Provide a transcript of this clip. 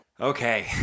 Okay